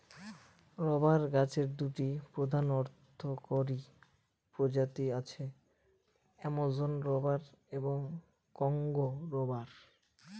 rubber গাছের দুটি প্রধান অর্থকরী প্রজাতি আছে, অ্যামাজন রবার এবং কংগো রবার